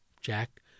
Jack